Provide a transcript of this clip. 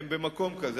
הם במקום כזה.